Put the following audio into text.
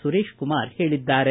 ಸುರೇಶ್ ಕುಮಾರ್ ಹೇಳಿದ್ದಾರೆ